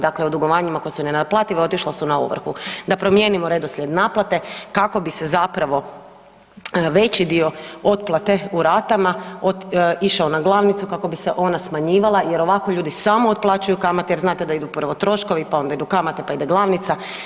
Dakle, o dugovanjima koja su nenaplativa otišla su na ovrhu, da promijenimo redoslijed naplate kako bi se zapravo veći dio otplate u ratama išao na glavnicu kako bi se ona smanjivala jer ovako ljudi samo otplaćuju kamate, jer znate da idu prvo troškovi, pa onda idu kamate, pa ide glavnica.